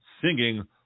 singing